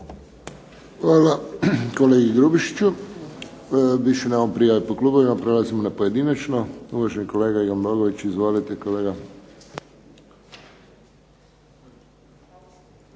Hvala kolegi Grubišiću. Više nemamo prijave po klubovima. Prelazimo na pojedinačno. Uvaženi kolega Ivan Bogović. Izvolite kolega.